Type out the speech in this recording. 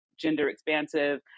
gender-expansive